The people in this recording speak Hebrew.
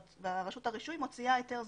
ורשות הרישוי מוציאה היתר זמני.